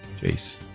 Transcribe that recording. Jace